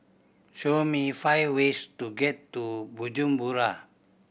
show me five ways to get to Bujumbura